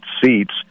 seats